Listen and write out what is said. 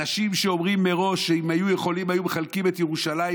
אנשים שאומרים מראש שאם היו יכולים היו מחלקים את ירושלים,